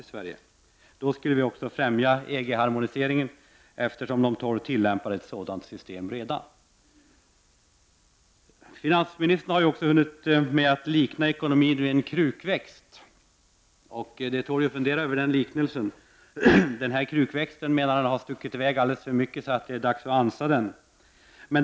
En sådan skulle också främja EG-harmoniseringen, eftersom ”de tolv” redan tillämpar ett sådant system. Finansministern har ju också hunnit med att likna ekonomin vid en krukväxt. Det tål att fundera över den liknelsen. Den här krukväxten har stuckit i väg för mycket, och det är därför dags att ansa den.